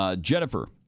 Jennifer